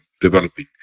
developing